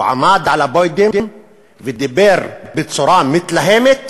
הוא עמד על הפודיום ודיבר בצורה מתלהמת